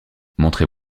montrez